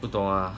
不懂 ah